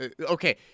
Okay